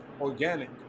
organic